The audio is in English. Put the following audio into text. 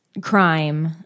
crime